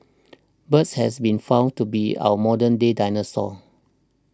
birds have been found to be our modern day dinosaurs